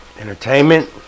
Entertainment